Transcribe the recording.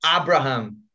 Abraham